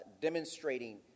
demonstrating